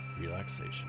relaxation